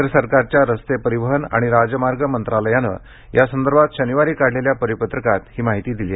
केंद्र सरकारच्या रस्ते परिवहन आणि राजमार्ग मंत्रालयाने या संदर्भात शनिवारी काढलेल्या परिपत्रकात ही माहिती दिली